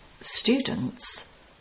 Students